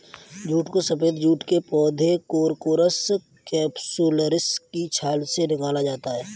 jute को सफेद jute के पौधे कोरकोरस कैप्सुलरिस की छाल से निकाला जाता है